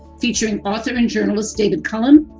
featuring author and journalist david cullen,